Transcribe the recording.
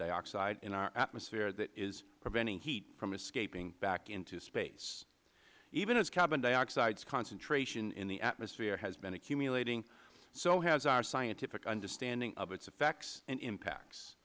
dioxide in our atmosphere that is preventing heat from escaping back into space even as carbon dioxide's concentration in the atmosphere has been accumulating so has our scientific understanding of its effects and impacts